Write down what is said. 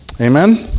Amen